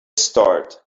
start